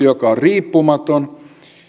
joka on riippumaton